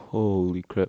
holy crap